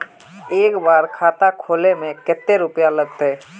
एक बार खाता खोले में कते रुपया लगते?